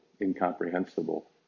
incomprehensible